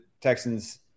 Texans